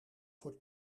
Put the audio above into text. voor